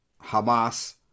Hamas